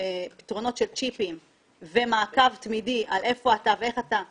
פתרונות של צ'יפים ומעקב תמידי על איפה אתה ואיך אתה.